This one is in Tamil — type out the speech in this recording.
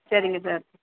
சரிங்க சார்